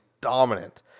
dominant